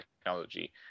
technology